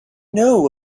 know